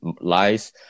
lies